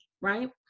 right